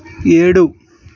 ఏడు